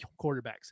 quarterbacks